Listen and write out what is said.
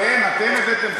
אתם, אתם הבאתם.